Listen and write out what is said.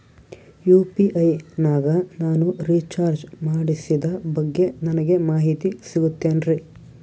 UPI ನಾಗ ನಾನು recharge ಮಾಡಿಸಿದ ಬಗ್ಗೆ ನನಗೆ ಮಾಹಿತಿ ಸಿಗುತೇನ್ರೀ?